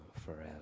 forever